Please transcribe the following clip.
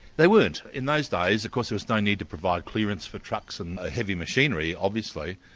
they weren't in those days of course there was no need to provide clearance for trucks and ah heavy machinery obviously.